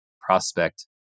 prospect